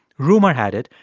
rumor had it,